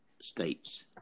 states